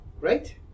Right